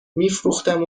میفروختم